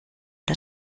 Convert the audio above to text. der